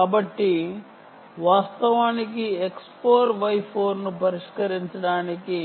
కాబట్టి వాస్తవానికి X4 Y 4 ను పరిష్కరించడానికి